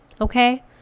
okay